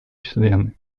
члены